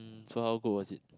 so how cool was it